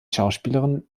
schauspielerin